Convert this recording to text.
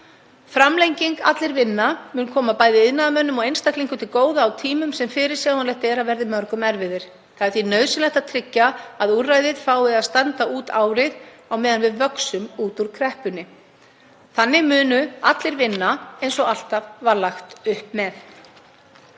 Framlenging Allir vinna mun koma bæði iðnaðarmönnum og einstaklingum til góða á tímum sem fyrirsjáanlegt er að verði mörgum erfiðir. Það er því nauðsynlegt að tryggja að úrræðið fái að standa út árið á meðan við vöxum út úr kreppunni. Þannig munu allir vinna, eins og alltaf var lagt upp með.